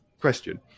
question